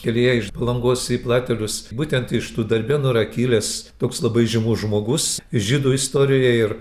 kelyje iš palangos į platelius būtent iš tų darbėnų yra kilęs toks labai žymus žmogus žydų istorijoje ir